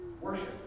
Worship